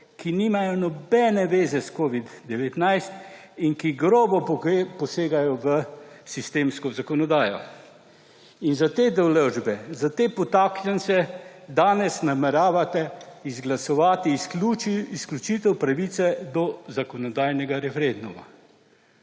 ki nimajo nobene veze s covidom-19 in ki grobo posegajo v sistemsko zakonodajo. In za te določbe, za te podtaknjence danes nameravate izglasovati izključitev pravice do zakonodajnega referenduma.